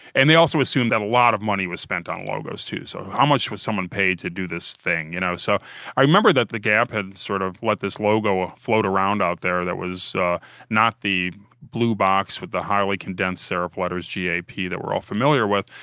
and they also assume that a lot of money was spent on logos too. so how much would someone pay to do this thing? you know so i remember that the gap had sort of let this logo ah float around out there that was ah not the blue box with the highly condensed serif letters g a p that we're all familiar with,